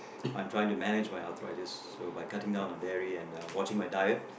I'm trying to manage my athritis by cutting down dairy and watching my diet